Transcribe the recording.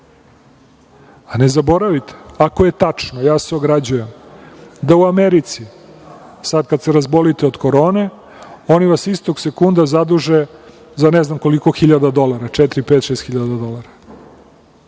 zaboravite ako je tačno, ja se ograđujem, da u Americi, sad kad se razbolite od korone, oni vas istog sekunda zaduže za ne znam koliko hiljada dolara, četiri, pet, šest hiljade dolara.